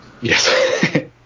Yes